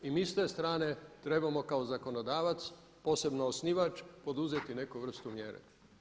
I mi s te strane trebamo kao zakonodavac, posebno osnivač, poduzeti neku vrstu mjere.